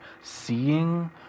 seeing –